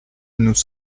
nous